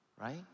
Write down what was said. right